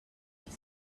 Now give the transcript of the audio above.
with